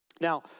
Now